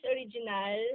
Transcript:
Original